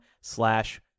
slash